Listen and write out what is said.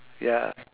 ya